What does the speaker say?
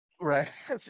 Right